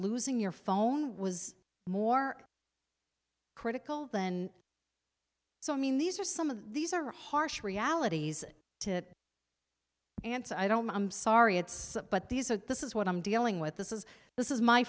losing your phone was more critical than so i mean these are some of these are harsh realities to answer i don't know i'm sorry it's but these are this is what i'm dealing with this is this is my